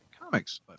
comics